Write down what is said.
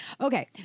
Okay